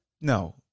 no